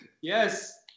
yes